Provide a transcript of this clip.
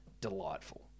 delightful